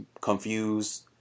confused